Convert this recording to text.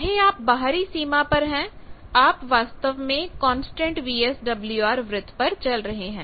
चाहे आप बाहरी सीमा पर हैं आप वास्तव में कांस्टेंट VSWR वृत्त पर चल रहे हैं